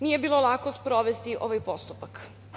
Nije bilo lako sprovesti ovaj postupak.